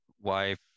wife